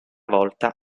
volta